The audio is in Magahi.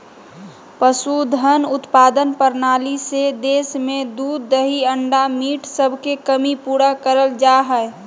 पशुधन उत्पादन प्रणाली से देश में दूध दही अंडा मीट सबके कमी पूरा करल जा हई